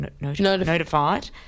notified